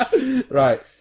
Right